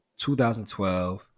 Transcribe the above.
2012